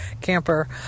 camper